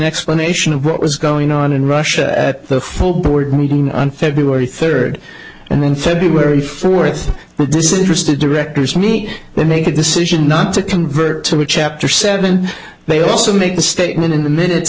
explanation of what was going on in russia at the full board meeting on february third and then february fourth this interested directors to me they make a decision not to convert to a chapter seven they also make the statement in the minute